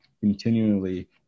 continually